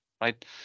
right